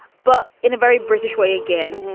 but in a very british way. again,